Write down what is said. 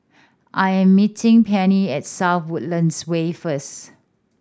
I am meeting Penni at South Woodlands Way first